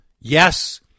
Yes